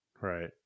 Right